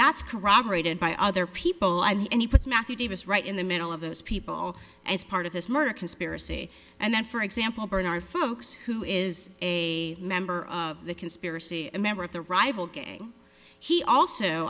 that's corroborated by other people and he puts matthew davis right in the middle of those people as part of this murder conspiracy and then for example bernard folks who is a member of the conspiracy a member of the rival gang he also